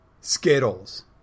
Skittles